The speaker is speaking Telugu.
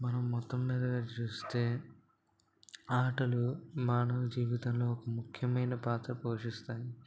మనం మొత్తం మీదగా చూస్తే ఆటలు మానవ జీవితంలో ఒక ముఖ్యమైన పాత్ర పోషిస్తాయి